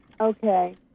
Okay